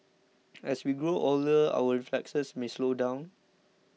as we grow older our reflexes may slow down